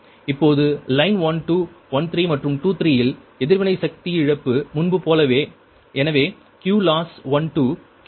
இப்போது லைன் 1 2 1 3 மற்றும் 2 3 இல் எதிர்வினை சக்தி இழப்பு முன்பு போலவே எனவே QLOSS 12 Q12 Q21